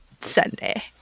Sunday